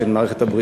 של מערכת הבריאות,